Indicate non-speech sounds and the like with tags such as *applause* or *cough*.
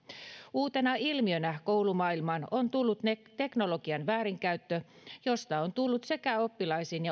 uutena ilmiönä koulumaailmaan on tullut teknologian väärinkäyttö josta on tullut sekä oppilaisiin *unintelligible*